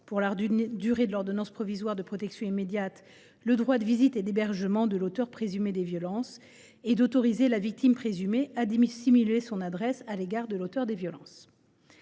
pour la durée de l’ordonnance provisoire de protection immédiate, le droit de visite et d’hébergement de l’auteur présumé des violences, ainsi que d’autoriser la victime présumée à dissimuler son adresse à l’auteur des violences.